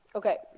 okay